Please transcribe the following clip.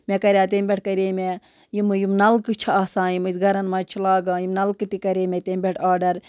مےٚ کَریو تمہِ پٮ۪ٹھ کَرے مےٚ یِمہٕ یِم نَلکہٕ چھِ آسان یِم أسۍ گَرَن مَنٛز چھِ لاگان یِم نَلکہٕ تہِ کَرے مےٚ تمہِ پٮ۪ٹھ آرڈر